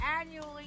annually